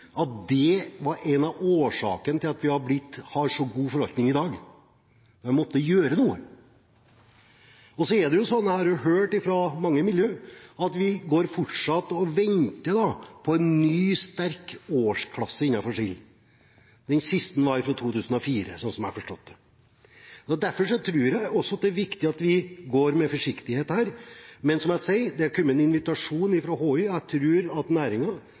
på 1960-tallet, var en av årsakene til at vi har så god forvaltning i dag. En måtte gjøre noe. Og så har jeg hørt fra mange i miljøet at vi fortsatt går og venter på en ny, sterk årsklasse av sild. Den siste var i 2004, slik jeg har forstått det. Derfor tror jeg det er viktig at vi går med forsiktighet her. Men som jeg sier: Det er kommet en invitasjon fra Havforskningsinstituttet, og jeg tror at